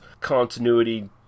Continuity